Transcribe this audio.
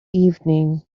evening